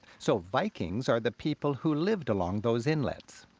so vikings are the people who lived along those inlets.